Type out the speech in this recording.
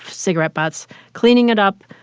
cigarette butts cleaning it up,